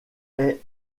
est